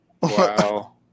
Wow